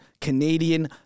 Canadian